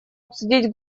обсудить